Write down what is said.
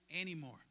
anymore